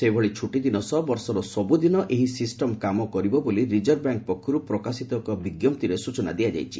ସେହିଭଳି ଛୁଟିଦିନ ସହ ବର୍ଷର ସବୁଦିନ ଏହି ସିଷ୍ଟମ କାମ କରିବ ବୋଲି ରିଜର୍ଭ ବ୍ୟାଙ୍କ ପକ୍ଷରୁ ପ୍ରକାଶିତ ଏକ ବିଙ୍କପ୍ତିରେ ସୂଚନା ରହିଛି